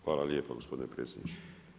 Hvala lijepa gospodine predsjedniče.